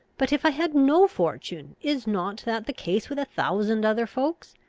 but if i had no fortune, is not that the case with a thousand other folks?